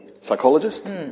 psychologist